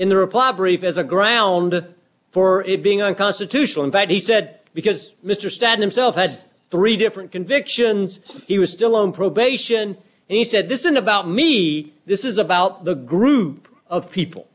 brief as a ground for it being unconstitutional in that he said because mr stan himself had three different convictions he was still on probation he said this isn't about me this is about the group of people